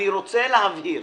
אני רוצה להבהיר: